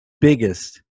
biggest